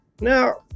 Now